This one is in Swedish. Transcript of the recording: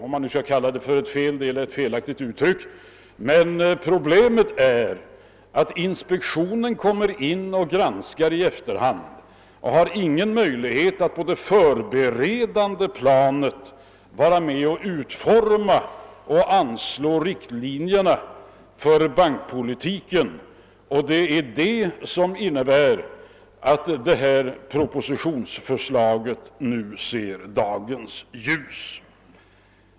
Men problemet är att inspektionen kommer in och granskar i efterhand, och inte har någon möjlighet att på det förberedande planet vara med och utforma och anslå riktlinjerna för bankpolitiken, och det är det som är anledningen till att detta propositionsförslag nu sett dagens ljus.